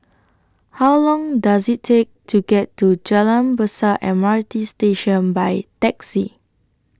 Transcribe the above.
How Long Does IT Take to get to Jalan Besar M R T Station By Taxi